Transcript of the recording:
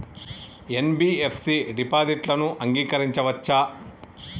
NBFC డిపాజిట్లను అంగీకరించవచ్చా?